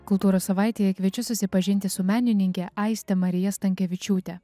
kultūros savaitėje kviečiu susipažinti su menininke aiste marija stankevičiūte